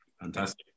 Fantastic